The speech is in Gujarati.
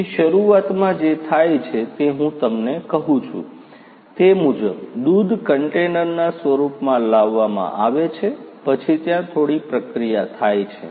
તેથી શરૂઆતમાં જે થાય છે તે હું તમને કહું છું તે મુજબ દૂધ કન્ટેનરના સ્વરૂપમાં લાવવામાં આવે છે પછી ત્યાં થોડી પ્રક્રિયા થાય છે